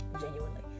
Genuinely